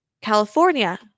California